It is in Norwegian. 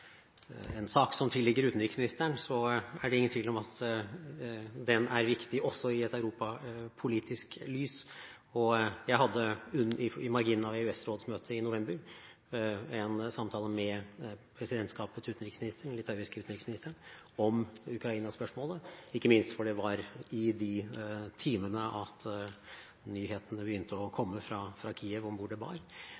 en sak som tilligger utenriksministeren, er det ingen tvil om at den er viktig også i et europapolitisk lys. Jeg hadde i marginen av EØS-rådsmøtet i november en samtale med presidentskapets utenriksminister, den litauiske utenriksministeren, om Ukraina-spørsmålet, ikke minst fordi det var i de timene at nyhetene begynte å